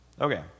Okay